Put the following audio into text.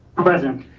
present.